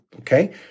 okay